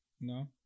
No